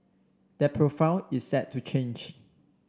that profile is set to change